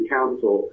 Council